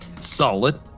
Solid